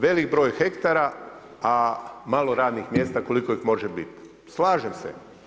Velik broj hektara a malo radnih mjesta koliko ih može bit, slažem se.